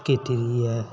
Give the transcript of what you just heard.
कीती दी ऐ